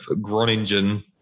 Groningen